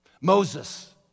Moses